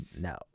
No